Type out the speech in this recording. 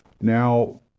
Now